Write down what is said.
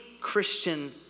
Christian